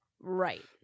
Right